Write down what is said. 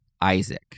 Isaac